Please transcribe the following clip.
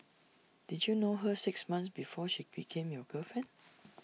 did you know her six months before she became your girlfriend